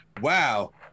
wow